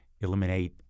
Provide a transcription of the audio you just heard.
eliminate